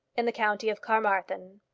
in the county of carmarthen.